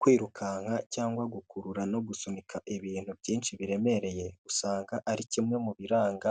Kwirukanka cyangwa gukurura no gusunika ibintu byinshi biremereye usanga ari kimwe mu biranga